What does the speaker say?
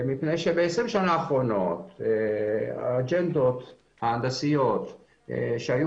מפני שב-20 שנה האחרונות האג'נדות ההנדסיות שהיו